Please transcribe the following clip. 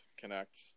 connect